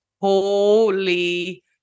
holy